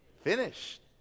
Finished